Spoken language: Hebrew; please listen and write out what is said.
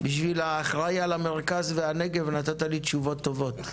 בשביל האחראי על המרכז והנגב נתת לי תשובות טובות,